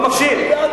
אתה לא מקשיב.